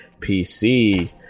pc